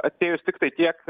atėjus tiktai tiek